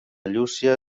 llúcia